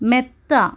മെത്ത